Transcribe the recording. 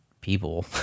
people